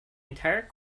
entire